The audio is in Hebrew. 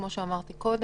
כמו שאמרתי קודם,